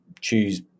choose